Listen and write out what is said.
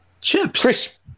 Chips